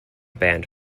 banned